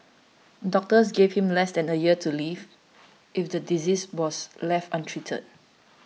doctors gave him less than a year to live if the disease was left untreated